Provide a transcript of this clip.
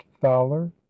Fowler